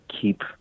keep